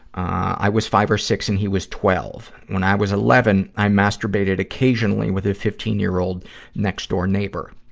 i was five or six and he was twelve. when i was eleven, i masturbated occasionally with a fifteen year old next-door neighbor.